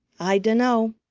i dunno!